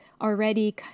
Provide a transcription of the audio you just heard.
already